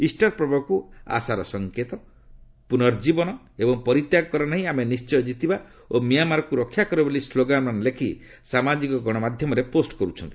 Easter ପର୍ବକୁ ଆଶାର ସଙ୍କେତ ପୁର୍ନଜୀବନ ଏବଂ ପରିତ୍ୟାଗ କରନାହିଁ ଆମେ ନିଷ୍ଟୟ କ୍ରିତିବା ଓ ମିଆଁମାରକୁ ରକ୍ଷାକର ବୋଲି ସ୍କୋଗାନମାନ ଲେଖି ସାମାଜିକ ଗଣମାଧ୍ୟମରେ ପୋଷ୍ଟ କରୁଛନ୍ତି